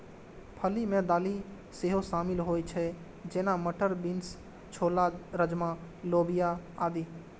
फली मे दालि सेहो शामिल होइ छै, जेना, मटर, बीन्स, छोला, राजमा, लोबिया आदि